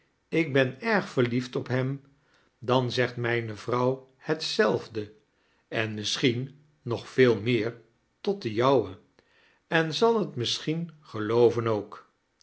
ik ben erg verliefd oji hem dan zegt mijne vrouw hetzelfde en misschien nog veel meer tot de jouwe en zal het misschien gelooven ook